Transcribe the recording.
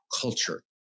culture